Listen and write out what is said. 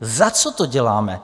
Za co to děláme?